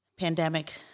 pandemic